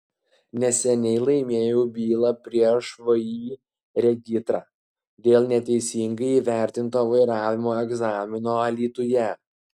neseniai laimėjau bylą prieš vį regitra dėl neteisingai įvertinto vairavimo egzamino alytuje